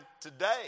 today